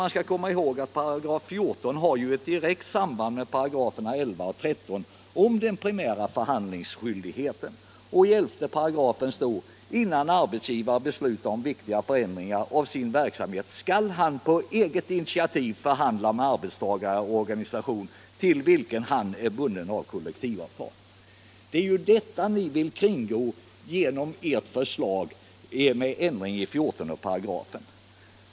Man skall komma ihåg att 14 § har ett direkt samband med 11 och 13 §§ om den primära förhandlingsskyldigheten. I 11§ står: ”Innan arbetsgivare beslutar om viktigare förändring av sin verksamhet, skall han på eget initiativ förhandla med arbetstagarorganisation i förhållande till vilken han är bunden av kollektivavtal.” Det är ju detta ni vill kringgå genom ert förslag till ändring i 14 §.